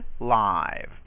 live